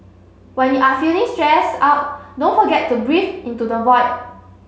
when you are feeling stress out don't forget to breathe into the void